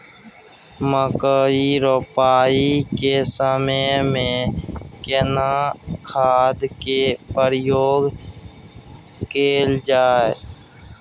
मकई रोपाई के समय में केना खाद के प्रयोग कैल जाय?